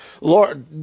Lord